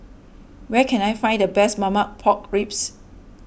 where can I find the best Marmite Pork Ribs